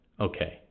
Okay